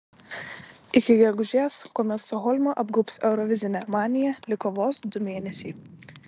iki gegužės kuomet stokholmą apgaubs eurovizinė manija liko vos du mėnesiai